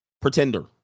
pretender